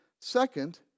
Second